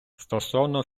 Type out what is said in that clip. стосовно